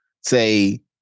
say